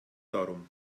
darum